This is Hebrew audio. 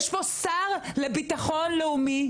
יש פה שר לביטחון לאומי,